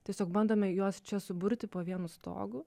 tiesiog bandome juos čia suburti po vienu stogu